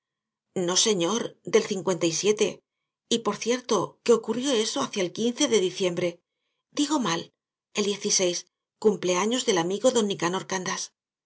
no señor del y por cierto que ocurrió eso hacia el de diciembre digo mal el y cumpleaños del amigo don